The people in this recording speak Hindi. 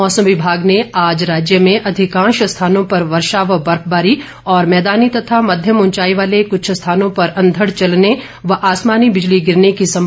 मौसम विमाग ने आज राज्य में अधिकांश स्थानों पर वर्षो व बर्फबारी और मैदानी तथा मध्यम उंचाई वाले कुछ स्थानों पर अंधड़ चलने और आसामानी बिजली गिरने की संभावना जताई है